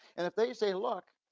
and if they say, look,